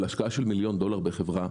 על השקעה של מיליון דולר בחברה,